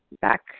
back